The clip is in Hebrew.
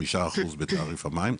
5% בתעריף המים,